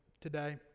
today